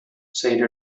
said